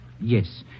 Yes